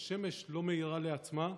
השמש לא מאירה לעצמה,